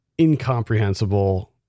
incomprehensible